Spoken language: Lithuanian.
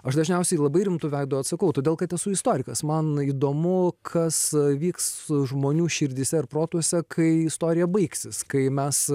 aš dažniausiai labai rimtu veidu atsakau todėl kad esu istorikas man įdomu kas vyks žmonių širdyse ir protuose kai istorija baigsis kai mes